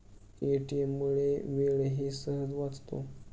ATM मुळे वेळही सहज वाचतो